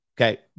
Okay